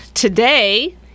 Today